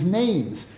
names